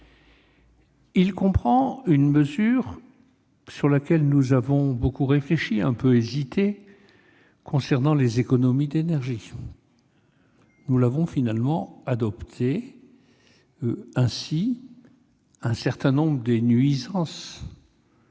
notamment une mesure sur laquelle nous avons beaucoup réfléchi, et un peu hésité, concernant les économies d'énergie. Nous l'avons finalement adoptée. Ainsi, un certain nombre de nuisances